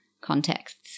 contexts